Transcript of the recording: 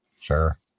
Sure